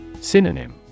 Synonym